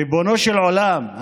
ריבונו של עולם,